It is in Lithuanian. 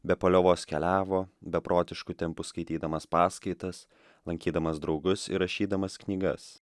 be paliovos keliavo beprotišku tempu skaitydamas paskaitas lankydamas draugus ir rašydamas knygas